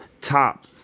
top